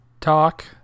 talk